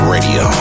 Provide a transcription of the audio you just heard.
Radio